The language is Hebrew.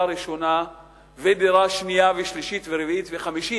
ראשונה ודירה שנייה ושלישית ורביעית וחמישית.